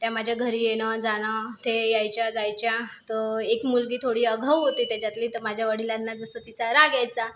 त्या माझ्या घरी येणं जाणं ते यायच्या जायच्या तो एक मुलगी थोडी आगाऊ होती त्याच्यातली तर माझ्या वडिलांना जसं तिचा राग यायचा